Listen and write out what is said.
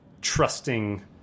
trusting